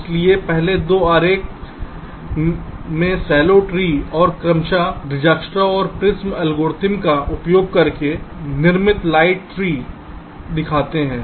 इसलिए पहले 2 आरेख वे उथले ट्री और क्रमशः दिक्जास्त्र और प्रिमस के एल्गोरिथ्म का उपयोग करके निर्मित लाइट ट्री दिखाते हैं